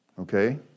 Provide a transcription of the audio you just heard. okay